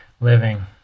living